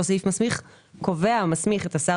אותו סעיף מסמיך את השר,